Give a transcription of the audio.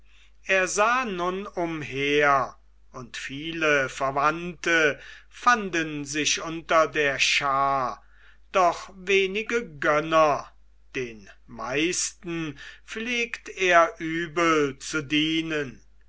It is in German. er sah nun umher und viele verwandte fanden sich unter der schar doch wenige gönner den meisten pflegt er übel zu dienen